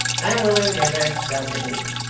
and will endeavour so to do.